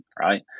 right